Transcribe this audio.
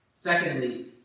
Secondly